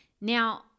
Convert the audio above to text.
now